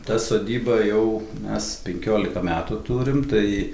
tą sodybą jau mes penkiolika metų turim tai